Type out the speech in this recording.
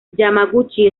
yamaguchi